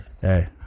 Hey